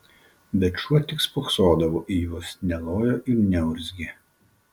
bet šuo tik spoksodavo į juos nelojo ir neurzgė